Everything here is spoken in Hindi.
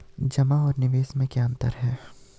जमा और निवेश में क्या अंतर है?